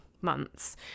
months